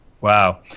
Wow